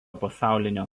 pasaulinio